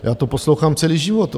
Já to poslouchám celý život.